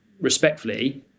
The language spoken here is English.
respectfully